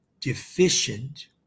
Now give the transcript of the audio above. deficient